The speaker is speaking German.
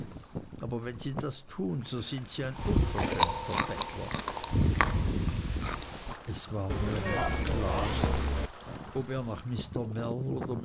aber wenn sie das tun so sind sie ein unverschämter bettler ich war mir nicht klar ob er nach mr